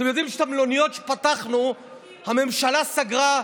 אתם יודעים שאת המלוניות שפתחנו הממשלה סגרה,